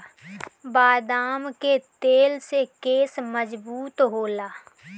बदाम के तेल से केस मजबूत होला